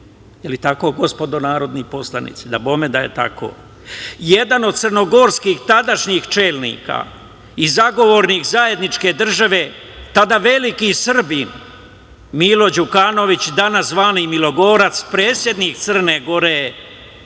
li je tako gospodo narodni poslanici? Naravno da je tako. Jedan od crnogorskih tadašnjih čelnika i zagovornik zajedničke države, tada veliki Srbin Milo Đukanović, danas zvani milogorac, predsednik Crne Gore,